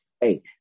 Hey